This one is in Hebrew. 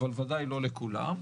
אבל בוודאי לא לכולם.